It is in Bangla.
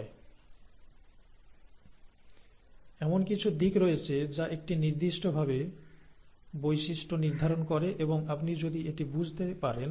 l এমন কিছু দিক রয়েছে যা একটি নির্দিষ্ট ভাবে বৈশিষ্ট্য নির্ধারণ করে এবং আপনি যদি এটি বুঝতে পারেন